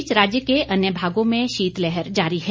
इस बीच राज्य के अन्य भागों में शीतलहर जारी जारी है